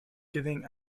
giving